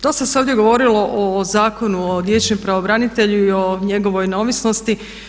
Dosta se ovdje govorilo o Zakonu o dječjem pravobranitelju i o njegovoj neovisnosti.